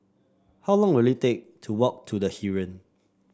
how long will it take to walk to The Heeren